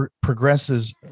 progresses